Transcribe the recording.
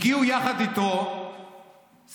היום הגעת לדיון אצלי בוועדה.